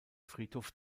friedhof